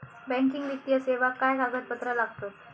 Banking वित्तीय सेवाक काय कागदपत्र लागतत?